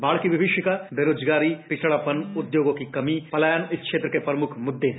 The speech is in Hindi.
बाढ़ की विभीषिका बेरोजगारी पिछड़पन उद्योगों की कमी और पलायन इस क्षेत्र के प्रमुख मुद्दे हैं